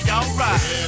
alright